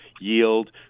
yield